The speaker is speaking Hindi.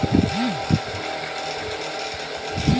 एक कर उत्पादों की सापेक्ष कीमतों को प्रभावी ढंग से बदल देता है